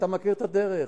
אתה מכיר את הדרך.